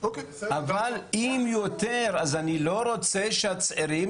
אבל אם יותר אז אני לא רוצה שהצעירים